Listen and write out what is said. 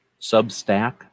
Substack